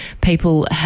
people